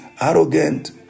arrogant